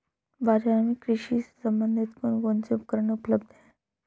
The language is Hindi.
बाजार में कृषि से संबंधित कौन कौन से उपकरण उपलब्ध है?